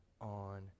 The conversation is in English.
on